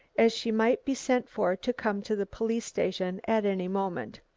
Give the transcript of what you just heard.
as she might be sent for to come to the police station at any moment.